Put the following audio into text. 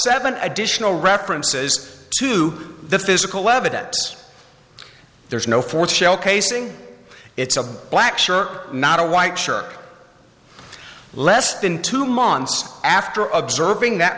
seven additional references to the physical evidence there is no fourth shell casing it's a black shirt not a white shark less than two months after observing that